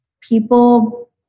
People